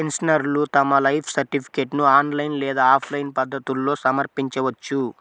పెన్షనర్లు తమ లైఫ్ సర్టిఫికేట్ను ఆన్లైన్ లేదా ఆఫ్లైన్ పద్ధతుల్లో సమర్పించవచ్చు